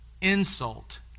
insult